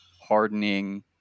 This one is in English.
hardening